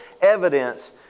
evidence